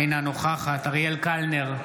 אינה נוכחת אריאל קלנר,